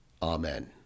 Amen